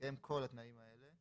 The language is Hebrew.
- ובינתיים הזמן עובר והריביות גדלות.